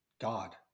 God